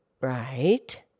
Right